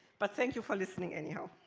but thank you for listening any how.